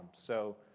so